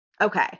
Okay